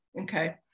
Okay